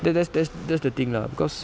that's that's that's that's the thing lah because